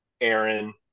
Aaron